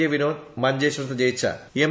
J Vinod മഞ്ചേശ്വരത്ത് ജയിച്ച M